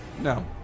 no